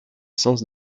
sens